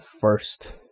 first